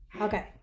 okay